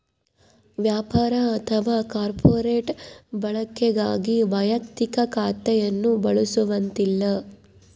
ವ್ಯಾಪಾರ ಅಥವಾ ಕಾರ್ಪೊರೇಟ್ ಬಳಕೆಗಾಗಿ ವೈಯಕ್ತಿಕ ಖಾತೆಯನ್ನು ಬಳಸುವಂತಿಲ್ಲ